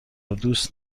دوست